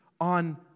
on